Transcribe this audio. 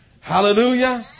Hallelujah